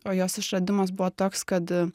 o jos išradimas buvo toks kad